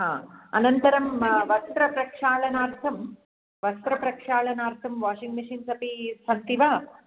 हा अनन्तरं वस्त्रप्रक्षालनार्थं वस्त्रप्रक्षालनार्थं वाषिङ्ग् मिषिन्स् अपि सन्ति वा